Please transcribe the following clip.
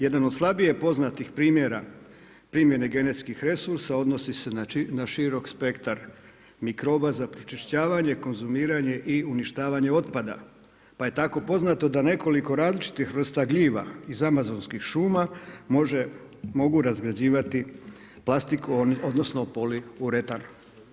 Jedan od slabije poznatih primjera primjene genetskih resursa odnosi se na širok spektar mikroba za pročišćavanje, konzumiranje i uništavanje otpada, pa je tako poznato da nekoliko različitih vrsta gljiva iz amazonskih šuma mogu razgrađivati plastiku, odnosno poliuretar.